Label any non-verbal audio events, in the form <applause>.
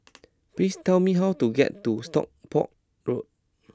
<noise> please tell me how to get to Stockport Road